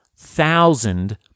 thousand